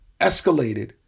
escalated